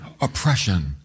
oppression